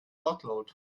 wortlaut